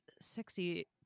sexy